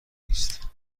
نیست